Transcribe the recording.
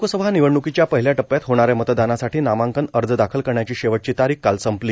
लोकसभा निवडणुकीच्या पहिल्या टप्प्यात होणाऱ्या मतदानासाठी नामांकन अर्ज दाखल करण्याची शेवटची तारीख काल संपली